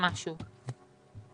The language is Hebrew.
להבין משהו.